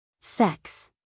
Sex